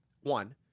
one